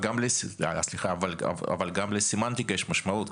אבל גם לסמנטיקה יש משמעות,